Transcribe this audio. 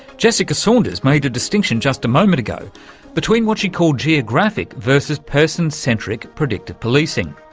jessica saunders made a distinction just a moment ago between what she called geographic versus person-centric predictive policing.